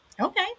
okay